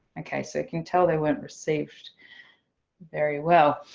okay so you can tell they weren't received very well.